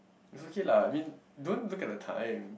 is okay lah I mean don't look at the time